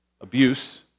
Abuse